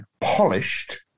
polished